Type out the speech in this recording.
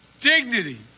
dignity